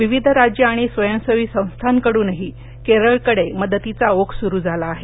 विविध राज्यं आणि स्वयंसेवी संस्थांकडून ही केरळकडे मदतीचा ओघ सुरू झाला आहे